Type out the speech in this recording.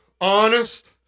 honest